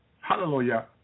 hallelujah